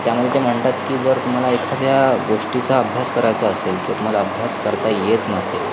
त्यामुळे ते म्हणतात की जर तुम्हाला एखाद्या गोष्टीचा अभ्यास करायचा असेल तर तुम्हाला अभ्यास करता येत नसेल